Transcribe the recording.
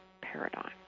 paradigm